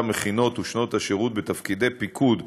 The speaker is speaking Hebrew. המכינות ושנות השירות בתפקידי פיקוד,